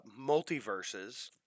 Multiverses